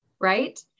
right